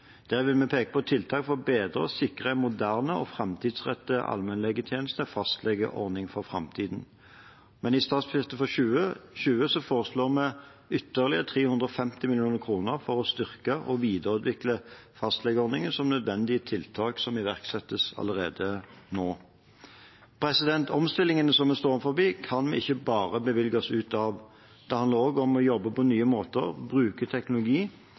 Der vil vi peke på tiltak for å bedre og sikre en moderne og framtidsrettet allmennlegetjeneste, fastlegeordning for framtiden. Men i statsbudsjettet for 2020 foreslår vi ytterligere 350 mill. kr for å styrke og videreutvikle fastlegeordningen, som et nødvendig tiltak som iverksettes allerede nå. Omstillingene som vi står overfor, kan vi ikke bare bevilge oss ut av. Det handler også om å jobbe på nye måter, bruke teknologi